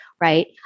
right